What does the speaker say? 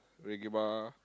Reggae-Bar